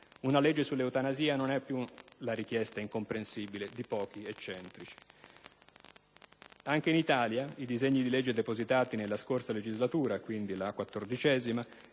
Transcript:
Una legge sull'eutanasia non è più la richiesta incomprensibile di pochi eccentrici. Anche in Italia, i disegni di legge depositati nella scorsa legislatura» - era quindi la